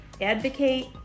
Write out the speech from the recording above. advocate